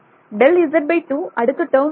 Δz2 அடுத்த டேர்ம் ஆகும்